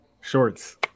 shorts